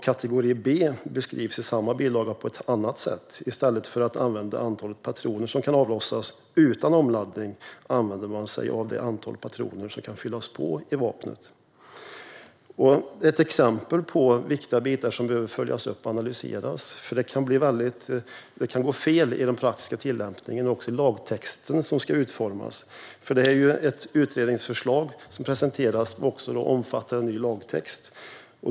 Kategori B beskrivs i samma bilaga på ett annat sätt - i stället för att använda antalet patroner som kan avlossas utan omladdning använder man sig av det antal patroner som kan fyllas på i vapnet. Detta är exempel på viktiga delar som behöver följas upp och analyseras, för det kan gå fel i den praktiska tillämpningen och också i lagtexten som ska utformas. Utredningsförslaget som presenteras omfattar ju också en ny lagtext.